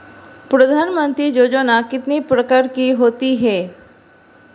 प्रधानमंत्री योजना कितने प्रकार की होती है?